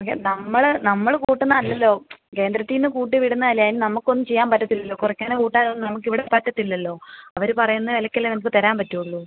okay നമ്മള് നമ്മള് കൂട്ടുന്നത് അല്ലല്ലൊ കേന്ദ്രത്തിൽ നിന്ന് കൂട്ടി വിടുന്നല്ലേ അതിന് നമുക്കൊന്നും ചെയ്യാൻ പറ്റത്തില്ലല്ലോ കുറയ്ക്കാനോ കൂട്ടാനൊന്നും നമുക്കിവിടെ പറ്റത്തില്ലല്ലോ അവര് പറയുന്ന വിലയ്ക്കല്ലേ നമുക്ക് തരാൻ പറ്റുകയുള്ളു